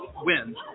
wins